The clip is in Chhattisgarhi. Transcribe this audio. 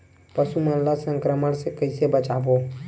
पशु मन ला संक्रमण से कइसे बचाबो?